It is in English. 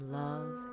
love